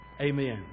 Amen